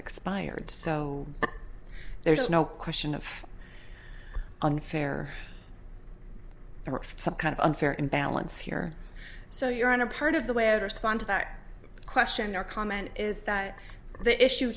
expired so there's no question of unfair there are some kind of unfair imbalance here so you're on a part of the way i respond to back question or comment is that the issue